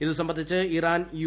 ഇത് സംബന്ധിച്ച് Iran U